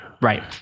Right